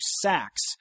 sacks